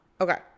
Okay